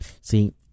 See